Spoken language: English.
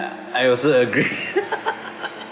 I also agree